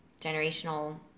generational